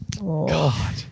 God